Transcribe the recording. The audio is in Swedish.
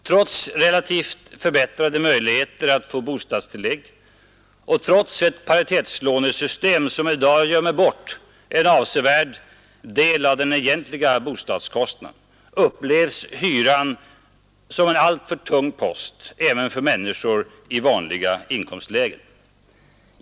Trots relativt förbättrade möjligheter att få bostadstillägg och trots ett paritetslånesystem som i dag gömmer undan en avsevärd del av den egentliga bostadskostnaden upplevs hyran som en alltför tung post även för människor i vanliga inkomstlägen.